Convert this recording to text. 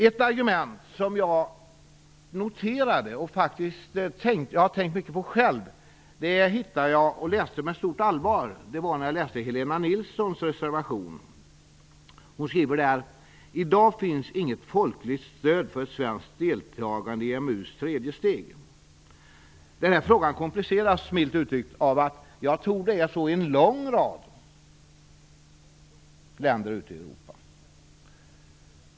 Ett argument som jag noterade och läste med stort allvar och som jag faktiskt har tänkt mycket på själv hittade jag i Helena Nilssons reservation. Hon skriver: I dag finns det inget folkligt stöd för ett svenskt deltagande i EMU:s tredje steg. Jag tror att frågan milt uttryckt kompliceras av att det är så i en lång rad länder ute i Europa.